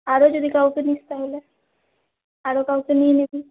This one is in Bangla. আরও যদি কাউকে নিস তাহলে আরও কাউকে নিয়ে নিবি